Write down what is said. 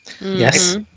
Yes